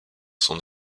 s’en